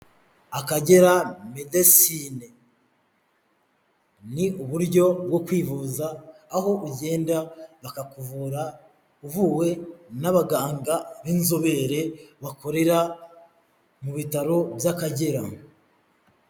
Akagera Medecine, ni uburyo bwo kwivuza aho ugenda bakakuvura uvuwe n'abaganga b'inzobere bakorera mu bitaro by'Akagera.